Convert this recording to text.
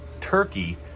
Turkey